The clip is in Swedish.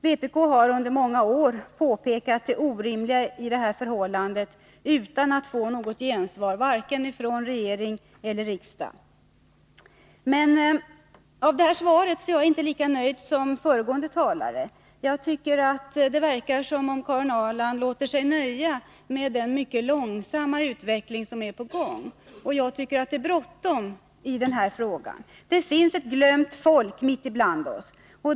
Vpk har under många år påpekat det orimliga i det här förhållandet — utan att få något gensvar vare sig från regering eller riksdag. Jag är inte lika nöjd som föregående talare med svaret. Det verkar som om Karin Ahrland låter sig nöja med den mycket långsamma utveckling som pågår, och jag tycker att det är bråttom. Det finns ett glömt folk mitt ibland oss.